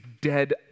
dead